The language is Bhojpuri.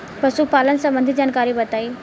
पशुपालन सबंधी जानकारी बताई?